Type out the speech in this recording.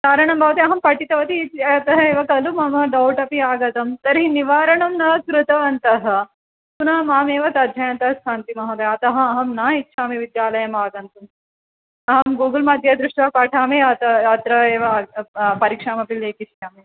कारणं भवति अहं पठितवती इति अतः एव खलु मम डौट् आगतं तर्हि निवारणं न कृतवन्तः पुनः मामेव तर्जयन्तस्सन्ति महोदया अतः अहं न इच्छामि विद्यालयम् आगन्तुम् अहं गूगल् मध्ये दृष्ट्वा पठामि अथ अत्र एव परीक्षामपि लेखिष्यामि